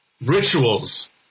rituals